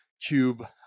cube